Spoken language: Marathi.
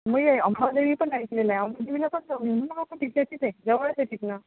मी अंबादेवी पण ऐकलेलं आहे अंबादेवीला पण जाऊ मग आपण तिथे जवळच आहे तिथनं